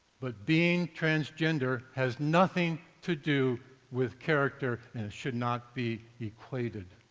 but being transgender has nothing to do with character and should not be equated.